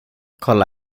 kolla